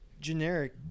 generic